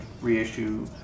reissue